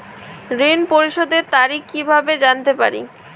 ঋণ পরিশোধের তারিখ কিভাবে জানতে পারি?